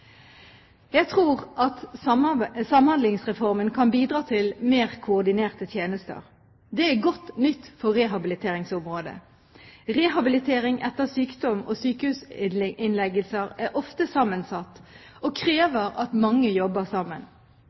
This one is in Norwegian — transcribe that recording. Jeg tror at Samhandlingsreformen kan bidra til mer koordinerte tjenester. Det er godt nytt for rehabiliteringsområdet. Rehabilitering etter sykdom og sykehusinnleggelser er ofte sammensatt og krever at mange jobber sammen.